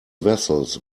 vessels